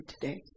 today